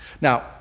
Now